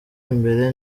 imbere